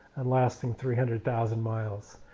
and lasting three hundred thousand miles.